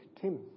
Tim